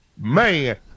Man